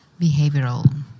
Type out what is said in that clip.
behavioral